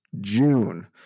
June